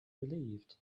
relieved